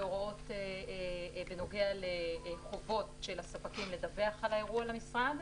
והוראות בנוגע לחובות של הספקים לדווח על האירוע למשרד,